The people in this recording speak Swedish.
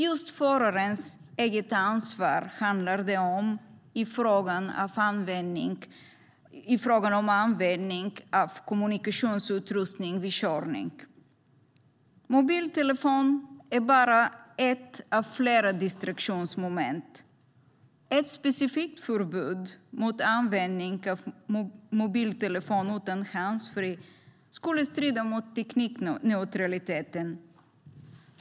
Just förarens eget ansvar handlar det om i frågan om användning av kommunikationsutrustning vid körning. Mobiltelefonen är bara ett av flera distraktionsmoment. Ett specifikt förbud mot användning av mobiltelefon utan handsfree skulle strida mot teknikneutraliteten.